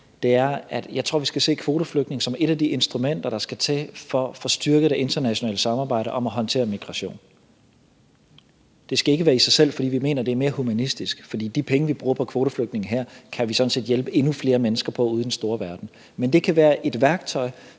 er, at jeg tror, vi skal se kvoteflygtninge som et af de instrumenter, der skal til, for at få styrket det internationale samarbejde om at håndtere migration. Det skal ikke være i sig selv, fordi vi mener, det er mere humanistisk, fordi for de penge, vi bruger på kvoteflygtninge her, kan vi sådan set hjælpe endnu flere mennesker på ude i den store verden, men det kan være et værktøj